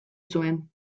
zuten